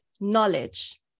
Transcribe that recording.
knowledge